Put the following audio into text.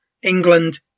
England